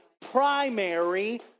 primary